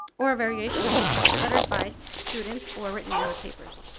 or variations of this uttered by students or written in their papers,